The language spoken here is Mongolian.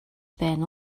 байна